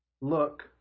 look